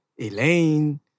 Elaine